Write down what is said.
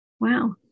Wow